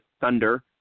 Thunder